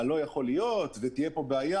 על לא יכול להיות ותהיה פה בעיה.